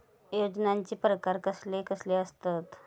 योजनांचे प्रकार कसले कसले असतत?